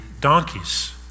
donkeys